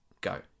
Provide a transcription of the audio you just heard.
go